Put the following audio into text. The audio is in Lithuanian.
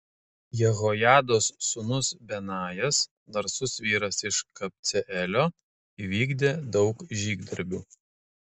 jehojados sūnus benajas narsus vyras iš kabceelio įvykdė daug žygdarbių